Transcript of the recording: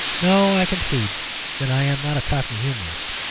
no i concede that i am not a cockney humourist.